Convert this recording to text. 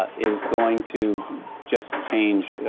ah is going to just change.